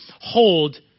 hold